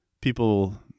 People